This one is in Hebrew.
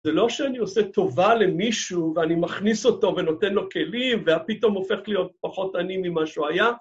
זה לא שאני עושה טובה למישהו ואני מכניס אותו ונותן לו כלים ופתאום הופך להיות פחות עני ממה שהוא היה.